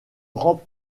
grand